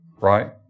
right